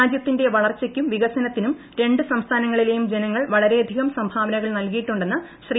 രാജ്യത്തിന്റെ വളർച്ചയ്ക്കും വികസനത്തിനും രു സംസ്ഥാനങ്ങളിലെയും ജനങ്ങൾ വളരെയധികം സംഭാവനകൾ നൽകിയിട്ടുന്നെ് ശ്രീ